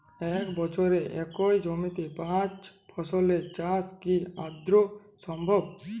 এক বছরে একই জমিতে পাঁচ ফসলের চাষ কি আদৌ সম্ভব?